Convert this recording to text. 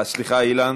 אה, סליחה, אילן.